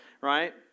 Right